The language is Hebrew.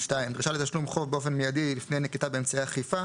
(2) "דרישה לתשלום חוב באופן מיידי לפני נקיטה באמצעי אכיפה